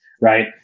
Right